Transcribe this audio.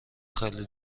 خیلی